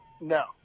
No